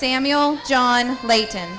samuel john leighton